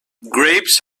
grapes